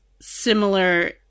similar